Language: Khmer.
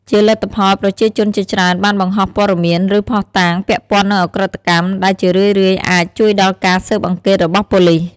ជាលទ្ធផល ប្រជាជនជាច្រើនបានបង្ហោះព័ត៌មាន ឬភស្តុតាង ពាក់ព័ន្ធនឹងឧក្រិដ្ឋកម្ម ដែលជារឿយៗអាច ជួយដល់ការស៊ើបអង្កេតរបស់ប៉ូលិស ។